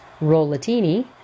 rollatini